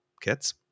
kids